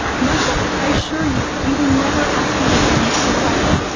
michael. i assure you he will never ask you again for funds.